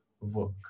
work